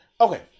Okay